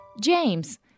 James